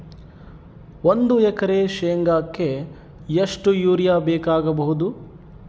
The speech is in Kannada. ಒಂದು ಎಕರೆ ಶೆಂಗಕ್ಕೆ ಎಷ್ಟು ಯೂರಿಯಾ ಬೇಕಾಗಬಹುದು?